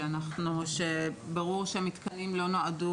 שברור שהמתקנים לא נועדו,